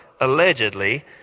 allegedly